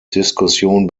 diskussion